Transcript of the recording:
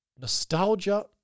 nostalgia